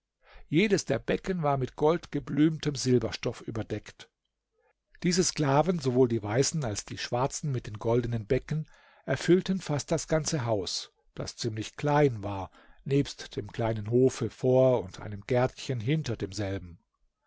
jedes der becken war mit goldgeblümtem silberstoff überdeckt diese sklaven sowohl die weißen als die schwarzen mit den goldenen becken erfüllten fast das ganze haus das ziemlich klein war nebst dem kleinen hofe vor und einem gärtchen hinter demselben